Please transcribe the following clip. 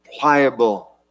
pliable